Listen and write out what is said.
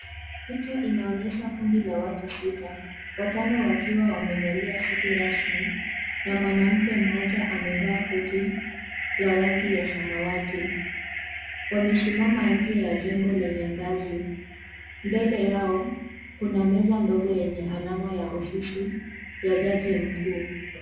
Picha inaonyesha kundi la watu sita. Watano wakiwa wamevalia suti rasmi, na mwanamke mmoja amevaa koti la rangi ya samawati. Wamesimama nje ya jengo lenye ngazi. Mbele yao kuna meza ndogo yenye alama ya ofisi ya jaji mkuu.